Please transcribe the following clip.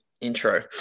intro